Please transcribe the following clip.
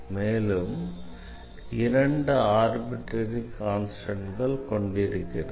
மேலும் 2 ஆர்பிட்ரரி கான்ஸ்டண்ட்கள் கொண்டிருக்கிறது